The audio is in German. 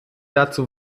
dazu